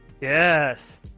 yes